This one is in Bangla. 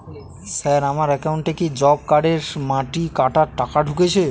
স্যার আমার একাউন্টে কি জব কার্ডের মাটি কাটার টাকা ঢুকেছে?